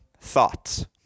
Thoughts